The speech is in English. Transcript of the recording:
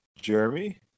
Jeremy